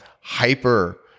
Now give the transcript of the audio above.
hyper